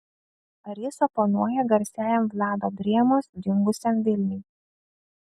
ar jis oponuoja garsiajam vlado drėmos dingusiam vilniui